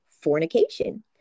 fornication